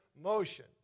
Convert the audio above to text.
motion